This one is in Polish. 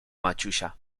maciusia